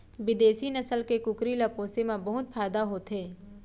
बिदेसी नसल के कुकरी ल पोसे म बहुत फायदा होथे